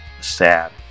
Sad